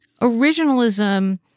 Originalism